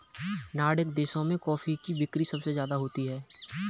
Nordic देशों में coffee की बिक्री सबसे ज्यादा होती है